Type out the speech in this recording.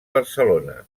barcelona